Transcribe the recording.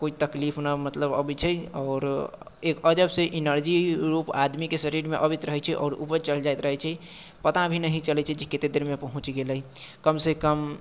कोइ तकलीफ न मतलब अबैत छै आओर एक अजब से एनर्जी रूप आदमीके शरीरमे अबैत रहैत छै आओर ऊपर चलि जाइत रहैत छै पता भी नहि चलैत छै जे कत्तेक देरमे पहुँचि गेलै कमसँ कम